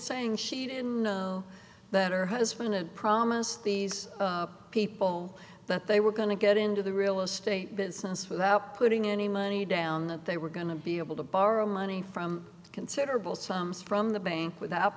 saying she didn't know that her husband had promised these people that they were going to get into the real estate business without putting any money down that they were going to be able to borrow money from considerable sums from the bank without